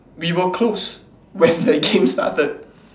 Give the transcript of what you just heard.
we were close when the game started